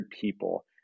people